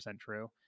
true